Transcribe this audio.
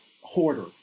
hoarder